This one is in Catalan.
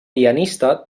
pianista